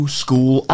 school